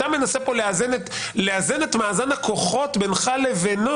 אתה מנסה פה לאזן את מאזן הכוחות בינך לבינו